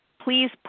please